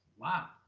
wow!